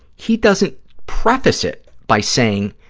he doesn't preface it by saying,